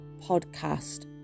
podcast